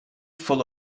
full